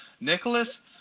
Nicholas